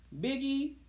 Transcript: Biggie